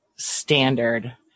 standard